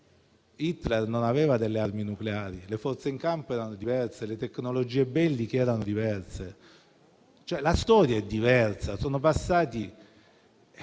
Hitler non aveva le armi nucleari, le forze in campo e le tecnologie belliche erano diverse, la storia è diversa, sono passati